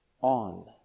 on